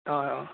অ' অ'